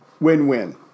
Win-win